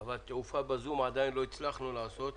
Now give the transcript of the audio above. אבל תעופה בזום עדיין לא הצלחנו לעשות.